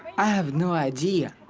i have no idea.